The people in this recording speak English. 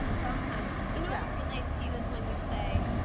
um sometimes, you know i relate to you is when you say,